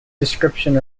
description